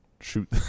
shoot